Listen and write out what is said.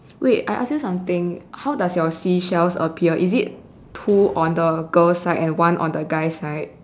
wait I ask you something how does your seashells appear is it two on the girl's side and one on the guy's side